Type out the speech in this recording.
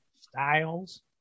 styles